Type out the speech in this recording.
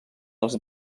els